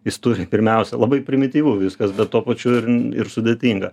jis turi pirmiausia labai primityvu viskas bet tuo pačiu ir ir sudėtinga